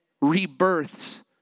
rebirths